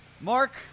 Mark